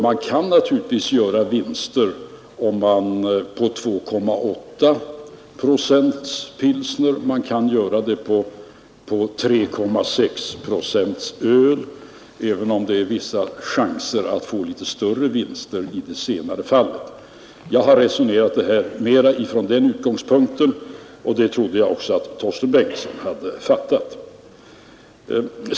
Man kan naturligtvis göra vinster på 2,8-procentig pilsner lika väl som man kan göra vinster på 3,6-procentigt öl, även om det är vissa chanser att få litet större vinst i det senare fallet. Jag har sett saken mera från den utgångspunkten, och det trodde jag också att Torsten Bengtson hade fattat.